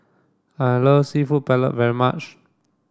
I love Seafood Paella very much